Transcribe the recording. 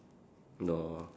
no